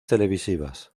televisivas